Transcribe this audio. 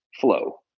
flow